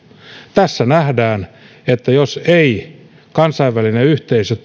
tässä nähdään että jos ei kansainvälinen yhteisö